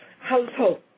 household